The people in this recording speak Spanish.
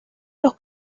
los